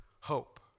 hope